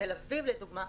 תל אביב לדוגמה,